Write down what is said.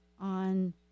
on